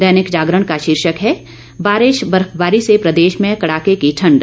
दैनिक जागरण का शीर्षक है बारिश बर्फबारी से प्रदेश में कड़ाके की ठंड